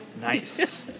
Nice